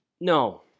No